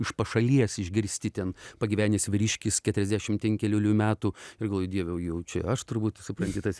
iš pašalies išgirsti ten pagyvenęs vyriškis keturiasdešimt penkerių metų ir galvoju dieve jau čia aš turbūt supranti tas